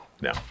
No